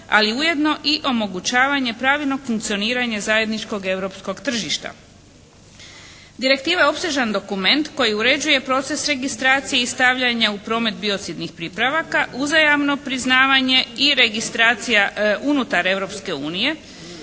Ali ujedno i omogućavanje pravilnog funkcioniranja zajedničkog europskog tržišta. Direktiva je opsežan dokument koji uređuje i proces registracije i stavljanje u promet biocidnih pripravaka, uzajamno priznavanje i registracija unutar